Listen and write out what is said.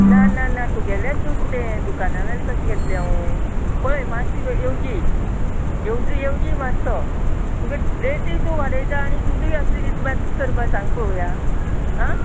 ना ना ना तुगेलें दूद तें दुकाना वयलें कशें घेतलें हांव पळय मातशें येवजी येवजी येवजी मातसो तुगे रॅटी तूं वाडयता आनी दूदय असलें दिता मागीर कितें करपाचे सांग पळोवया आं